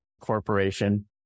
corporation